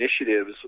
initiatives